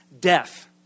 death